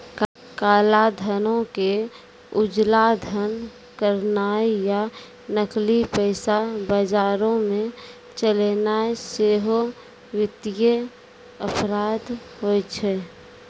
काला धनो के उजला धन करनाय या नकली पैसा बजारो मे चलैनाय सेहो वित्तीय अपराध होय छै